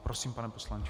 Prosím, pane poslanče.